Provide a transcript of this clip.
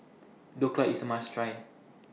Dhokla IS A must Try